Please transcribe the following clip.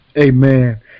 Amen